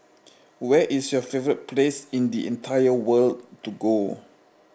where is your favorite place in the entire world to go